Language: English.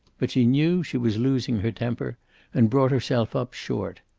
but she knew she was losing her temper and brought herself up short.